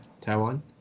Taiwan